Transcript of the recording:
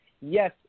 Yes